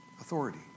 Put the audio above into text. authority